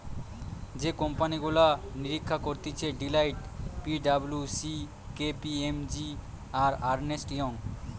যে কোম্পানি গুলা নিরীক্ষা করতিছে Deloitte, P W C, K P M G, আর আর্নেস্ট ইয়ং